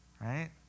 Right